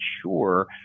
sure